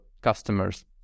customers